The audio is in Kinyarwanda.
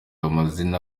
amazina